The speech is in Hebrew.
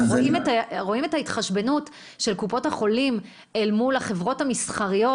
רואים את ההתחשבנות של קופות החולים אל מול החברות המסחריות?